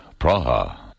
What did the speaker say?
Praha